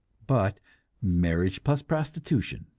but marriage-plus-prostitution.